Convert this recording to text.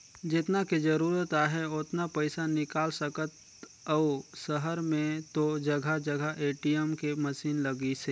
जेतना के जरूरत आहे ओतना पइसा निकाल सकथ अउ सहर में तो जघा जघा ए.टी.एम के मसीन लगिसे